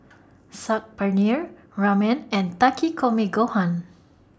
Saag Paneer Ramen and Takikomi Gohan